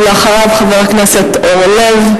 אחריו חבר הכנסת אורלב,